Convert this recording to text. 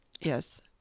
Yes